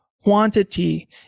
quantity